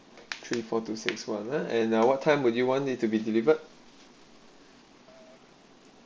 three four two six one and now what time would you want it to be delivered